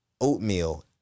oatmeal